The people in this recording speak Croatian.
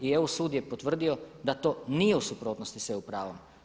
I EU sud je potvrdio da to nije u suprotnosti sa EU pravom.